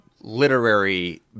literary